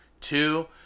two